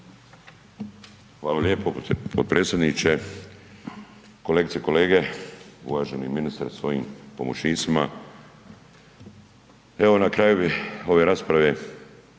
Hvala lijepo potpredsjedniče. Kolegice i kolege, uvaženi ministre sa svojim pomoćnicima, evo na kraju bi ove rasprave